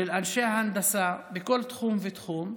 של אנשי ההנדסה, בכל תחום ותחום.